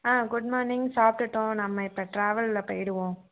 ஆ good morning சாப்பிட்டுட்டோம் நம்ம இப்போ ட்ராவலில் போயிடுவோம்